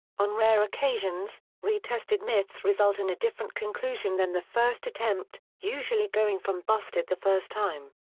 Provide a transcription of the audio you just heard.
on rare occasions, re-tested myths result in a different conclusion than the first attempt, usually going from busted the first time,